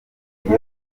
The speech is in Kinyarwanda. wese